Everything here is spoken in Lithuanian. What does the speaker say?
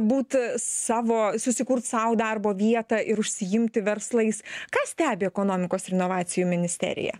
būt savo susikurt sau darbo vietą ir užsiimti verslais ką stebi ekonomikos ir inovacijų ministerija